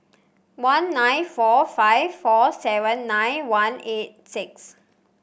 one nine four five four seven nine one eight six